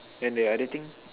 and the other thing